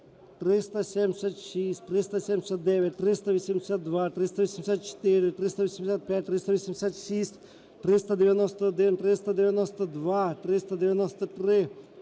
376, 379, 382, 384, 385, 386, 391, 392, 393,